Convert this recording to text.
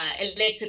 elected